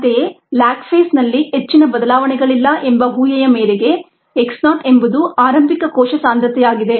ಅಂತೆಯೇ ಲ್ಯಾಗ್ ಫೇಸ್ನಲ್ಲಿ ಹೆಚ್ಚಿನ ಬದಲಾವಣೆಗಳಿಲ್ಲ ಎಂಬ ಊಹೆಯ ಮೇರೆಗೆ x0 ಎಂಬುದು ಆರಂಭಿಕ ಕೋಶ ಸಾಂದ್ರತೆಯಾಗಿದೆ